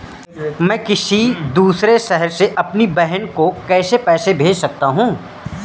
मैं किसी दूसरे शहर से अपनी बहन को पैसे कैसे भेज सकता हूँ?